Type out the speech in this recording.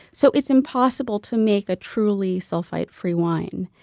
so it's impossible to make a truly sulfite-free wine.